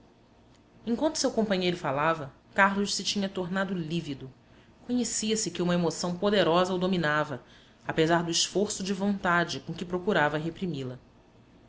falido enquanto seu companheiro falava carlos se tinha tornado lívido conhecia-se que uma emoção poderosa o dominava apesar do esforço de vontade com que procurava reprimila